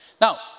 Now